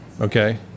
okay